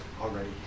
already